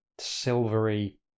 silvery